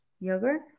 Yogurt